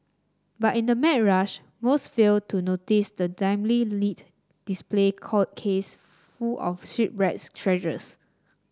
but in the mad rush most fail to notice the dimly lit display call case full of shipwrecks treasures